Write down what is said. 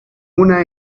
una